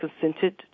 consented